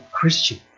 Christian